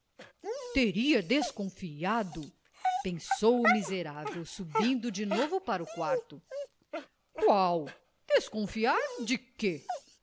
teria desconfiado pensou o miserável subindo de novo para o quarto qual desconfiar de quê